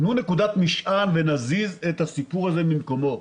תנו נקודת משען ונזיז את הסיפור הזה ממקומו.